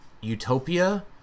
utopia